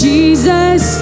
Jesus